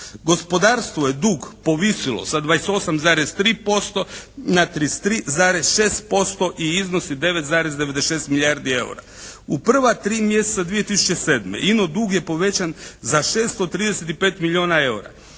Gospodarstvo je dug povisilo sa 28,3% na 33,6% i iznosi 9,96 milijardi EUR-a. U prva tri mjeseca 2007. ino dug je povećan za 635 milijuna EUR-a